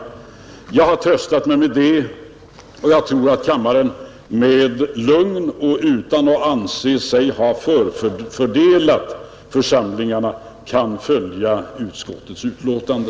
Jag har tröstat mig med det, och jag tror att kammaren med lugn och utan att anse sig ha förfördelat församlingarna kan följa utskottets betänkande.